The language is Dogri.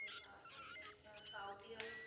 उस दे बाद होई गेआ साऊदी अरबिया